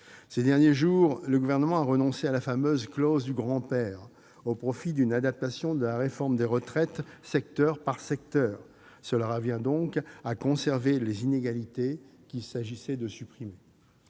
Ces derniers jours, le Gouvernement a renoncé à la fameuse « clause du grand-père », au profit d'une adaptation de la réforme des retraites « secteur par secteur ». Cela revient donc à conserver les inégalités qu'il s'agissait de supprimer